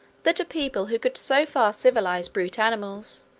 that a people who could so far civilise brute animals,